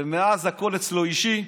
ומאז הכול אצלו אישי,